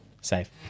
safe